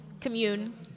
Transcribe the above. commune